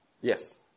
Yes